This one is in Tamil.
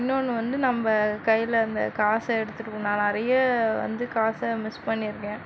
இன்னொன்று வந்து நம்ம கையில் அந்த காசை எடுத்துகிட்டு நான் நிறைய வந்து காசை மிஸ் பண்ணியிருக்கேன்